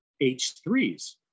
H3s